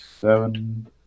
seven